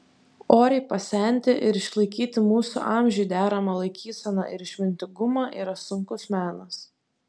oriai pasenti ir išlaikyti mūsų amžiui deramą laikyseną ir išmintingumą yra sunkus menas